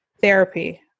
therapy